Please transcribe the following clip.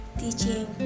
teaching